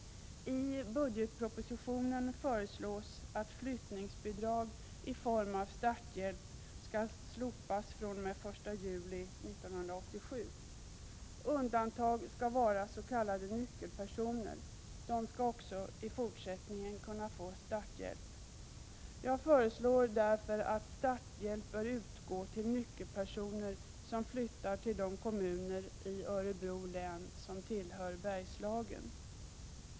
I budgetpropositionen föreslås att flyttningsbidrag i form av starthjälp skall slopas fr.o.m. den 1 juli 1987. Undantagna skall vara s.k. nyckelpersoner. Dessa skall också i fortsättningen kunna få starthjälp. Vi föreslår därför att starthjälp skall utgå till nyckelpersoner som flyttar till de kommuner i Örebro län som tillhör Bergslagen.